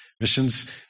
missions